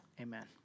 Amen